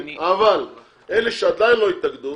אבל אלה שעדיין לא התאגדו,